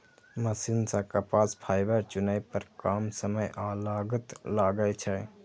machine सं कपास fibre चुनै पर कम समय आ लागत लागै छै